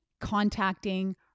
contacting